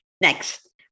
Next